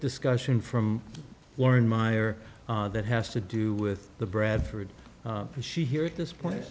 discussion from warren meyer that has to do with the bradford and she here at this point